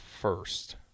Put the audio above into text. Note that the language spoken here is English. first